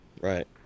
Right